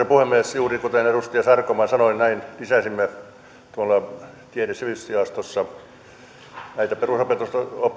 puhemies juuri kuten edustaja sarkomaa sanoi näin lisäsimme tiede ja sivistysjaostossa perusopetuksen